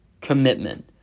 commitment